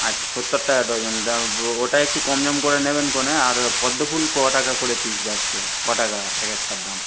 আচ্ছা সত্তর টাকা ডজন ওটা একটু কম সম করে নেবেন কো আর পদ্মফুল ক টাকা করে পিস যাচ্ছে ক টাকা এক একটার দাম